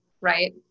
right